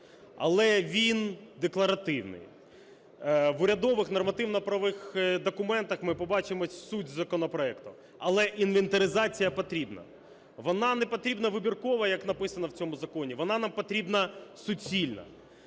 Але він декларативний. В урядових нормативно-правових документах ми побачимо суть законопроекту. Але інвентаризація потрібна. Вона не потрібна вибіркова, як написано в цьому законі. Вона нам потрібна суцільна.